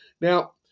Now